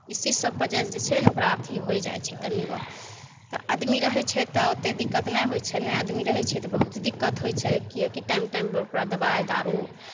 इसी सब वजहसे जे छै ने ओकरा अथी हो जाइ छै तनिगो तऽ आदमी रहै छै तऽ ओतेक दिक्कत नहि होइ छै नहि आदमी रहै छै तऽ बहुत दिक्कत होइ छै किएकि टाइम टाइमपर ओकरा दवाइ दारू